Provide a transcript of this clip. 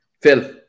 Phil